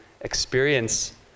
experience